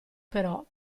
però